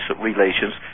relations